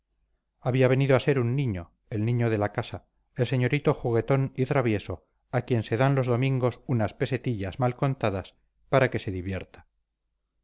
había venido a ser un niño el niño de la casa el señorito juguetón y travieso a quien se dan los domingos unas pesetillas mal contadas para que se divierta